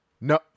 No